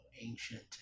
ancient